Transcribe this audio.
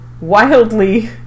wildly